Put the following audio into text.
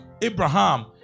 Abraham